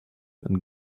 and